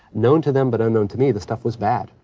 known to them but unknown to me, the stuff was bad,